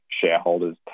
shareholders